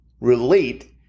relate